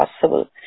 possible